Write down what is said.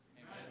Amen